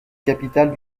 capitale